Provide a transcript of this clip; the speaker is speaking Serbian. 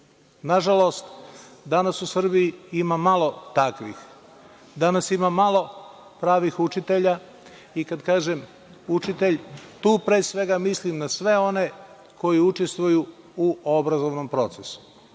Na žalost, danas u Srbiji ima malo takvih, danas ima malo pravih učitelja i kad kažem „učitelj“, tu pre svega mislim na sve one koji učestvuju u obrazovnom procesu.